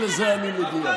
בדיוק לזה אני מגיע.